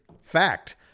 fact